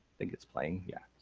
think it's playing, yeah.